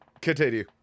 Continue